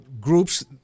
groups